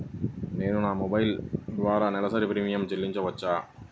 నేను నా మొబైల్ ద్వారా నెలవారీ ప్రీమియం చెల్లించవచ్చా?